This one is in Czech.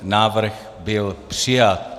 Návrh byl přijat.